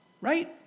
right